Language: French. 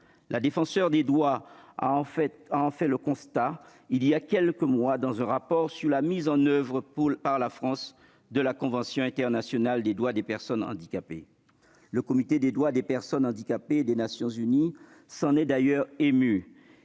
La Défenseure des droits en a fait le constat il y a quelques mois dans un rapport sur la mise en oeuvre par la France de la convention des Nations unies relative aux droits des personnes handicapées. Le Comité des droits des personnes handicapées des Nations unies s'en est d'ailleurs ému.